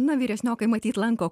na vyresniokai matyt lanko